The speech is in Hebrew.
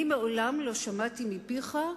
מעולם לא שמעתי מפיך,